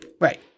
Right